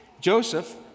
Joseph